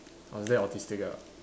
I was very autistic ah